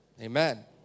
Amen